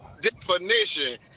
Definition